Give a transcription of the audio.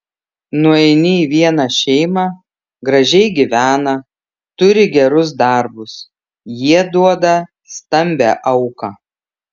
nueini į vieną šeimą gražiai gyvena turi gerus darbus jie duoda stambią auką